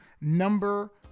number